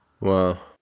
Wow